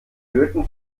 löten